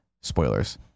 Spoilers